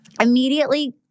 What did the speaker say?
immediately